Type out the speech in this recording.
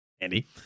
Andy